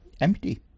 empty